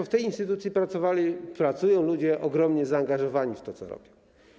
W tej instytucji pracują ludzie ogromnie zaangażowani w to, co robią.